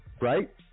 right